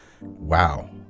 Wow